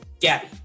Gabby